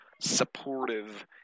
supportive